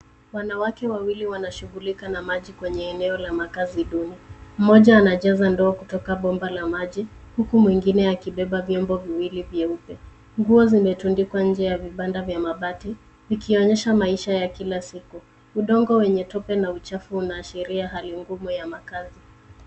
Wanawake wawili wanashughulika na maji kwenye eneo la makazi duni. Mmoja anajaza ndoo kutoka bomba la maji huku mwingine akibeba vyombo viwili vyeupe. Nguo zimetundikwa nje ya vibanda vya mabati vikionyesha maisha ya Kila siku. Udongo wenye tope na uchafu unaashiria hali ngumu ya makazi.